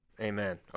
Amen